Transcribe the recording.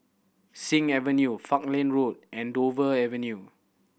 Sing Avenue Falkland Road and Dover Avenue